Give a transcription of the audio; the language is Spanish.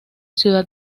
ciudad